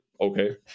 okay